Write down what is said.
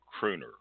crooner